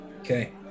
Okay